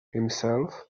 himself